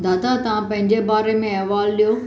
दादा तव्हां पंहिंजे बारे में अहवालु ॾियो